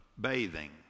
bathing